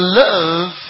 love